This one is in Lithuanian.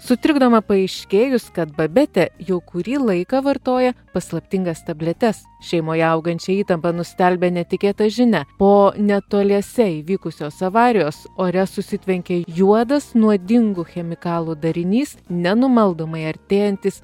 sutrikdoma paaiškėjus kad babetė jau kurį laiką vartoja paslaptingas tabletes šeimoje augančią įtampą nustelbia netikėta žinia po netoliese įvykusios avarijos ore susitvenkė juodas nuodingų chemikalų darinys nenumaldomai artėjantis